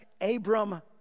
Abram